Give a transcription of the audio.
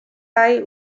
eye